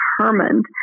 determined